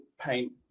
paint